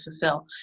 fulfill